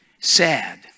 sad